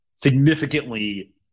significantly